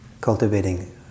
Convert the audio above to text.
Cultivating